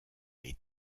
est